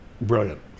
Brilliant